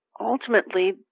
ultimately